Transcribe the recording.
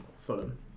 Fulham